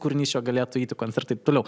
kūrinys čia galėtų eiti koncerte taip toliau